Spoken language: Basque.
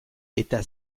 eta